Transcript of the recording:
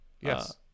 yes